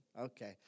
Okay